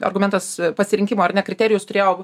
argumentas pasirinkimo ar ne kriterijus turėjo